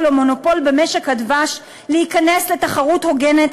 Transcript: או מונופול במשק הדבש להיכנס לתחרות הוגנת,